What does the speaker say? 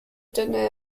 denote